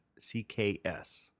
CKS